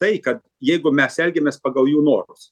tai kad jeigu mes elgiamės pagal jų norus